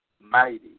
mighty